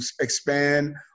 expand